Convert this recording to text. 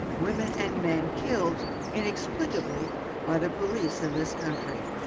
women and men killed inexplicably by the police in this country.